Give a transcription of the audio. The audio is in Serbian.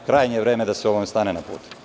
Krajnje je vreme da se ovome stane na put.